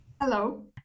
Hello